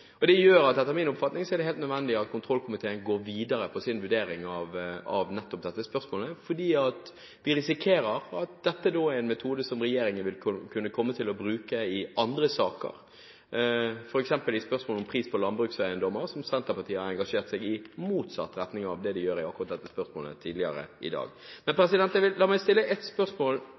rammer. Det gjør at det etter min oppfatning er helt nødvendig at kontrollkomiteen går videre i sin vurdering av nettopp dette spørsmålet, fordi vi risikerer at dette er en metode som regjeringen vil kunne komme til å bruke i andre saker, f.eks. i spørsmålet om pris på landbrukseiendommer, der Senterpartiet tidligere i dag har engasjert seg i motsatt retning av det de gjør i akkurat dette spørsmålet. Men la meg stille et spørsmål,